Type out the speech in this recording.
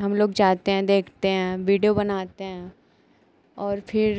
हमलोग जाते हैं देखते हैं वीडियो बनाते हैं और फिर